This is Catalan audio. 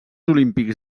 olímpics